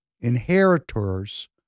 inheritors